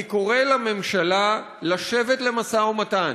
אני קורא לממשלה לשבת למשא-ומתן,